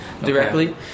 Directly